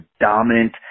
dominant